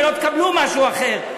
ולא תקבלו משהו אחר,